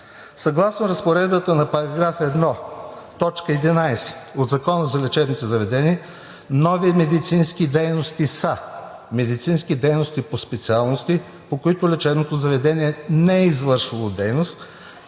Съгласно разпоредбата на § 1, т. 11 от Закона за лечебните заведения нови медицински дейности са медицински дейности по специалности, по които лечебното заведение не е извършвало дейност,